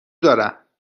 دارم